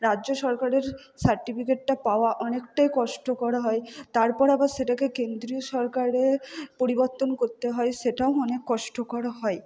রাজ্য সরকারের সার্টিফিকেটটা পাওয়া অনেকটাই কষ্টকর হয় তারপর আবার সেটাকে কেন্দ্রীয় সরকারে পরিবর্তন করতে হয় সেটাও অনেক কষ্টকর হয়